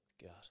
God